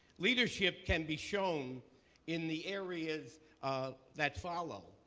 leadership can be shown in the areas that follow.